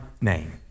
name